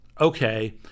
okay